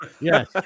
Yes